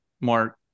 Mark